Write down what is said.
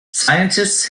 scientists